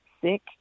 sick